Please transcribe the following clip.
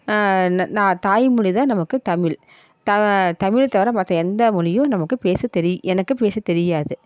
நா தாய் மொழிதான் நமக்கு தமிழ் தமிழை தவிர மற்ற எந்த மொழியும் நமக்கு பேச தெரி எனக்கு பேச தெரியாது